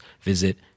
visit